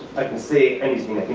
i can say anything.